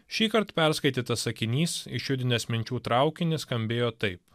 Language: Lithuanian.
šįkart perskaitytas sakinys išjudinęs minčių traukinį skambėjo taip